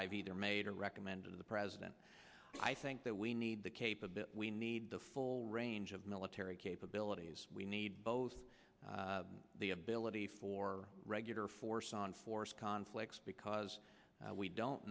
i've either made or recommend to the president i think that we need the cape a bit we need the full range of military capabilities we need both the ability for regular force on force conflicts because we don't